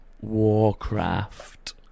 Warcraft